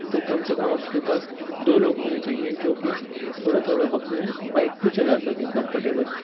تو کم سے کم آپ کے پاس دو لوگ ہونے چاہئیں جو کہ تھوڑے تھوڑے وقت میں بائک کو چلا سکیں کمفرٹیبل